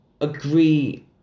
agree